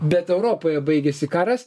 bet europoje baigėsi karas